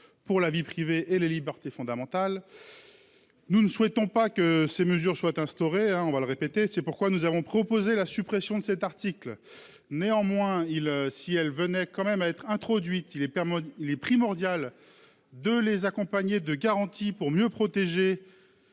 Pour la vie privée et les libertés fondamentales. Nous ne souhaitons pas que ces mesures soient instaurées hein on va le répéter, c'est pourquoi nous avons proposé la suppression de cet article. Néanmoins il si elle venait quand même à être introduite Il est permis. Il est primordial de les accompagner de garanties pour mieux protéger.